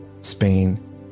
Spain